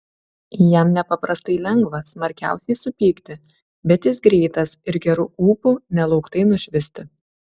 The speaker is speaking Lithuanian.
jam nepaprastai lengva smarkiausiai supykti bet jis greitas ir geru ūpu nelauktai nušvisti